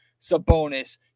Sabonis